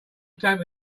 stamp